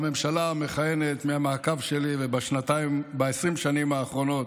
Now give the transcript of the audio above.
לממשלה המכהנת, מהמעקב שלי, וב-20 שנים האחרונות,